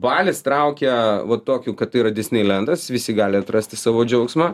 balis traukia va tokiu kad tai yra disneilendas visi gali atrasti savo džiaugsmą